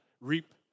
reap